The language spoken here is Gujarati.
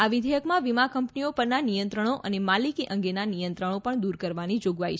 આ વિઘેયક માં વીમા કંપનીઓ પરના નિયંત્રણો અને માલિકી અંગેનાં નિયંયણો પણ દૂર કરવાની જોગવાઈ છે